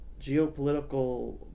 geopolitical